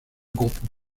groupe